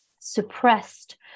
suppressed